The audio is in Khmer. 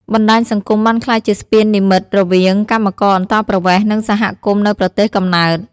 បណ្តាញសង្គមបានក្លាយជាស្ពាននិម្មិតរវាងកម្មករអន្តោប្រវេស៍ និងសហគមន៍នៅប្រទេសកំណើត។